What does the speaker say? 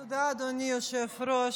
תודה, אדוני היושב-ראש.